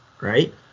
right